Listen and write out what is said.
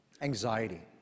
Anxiety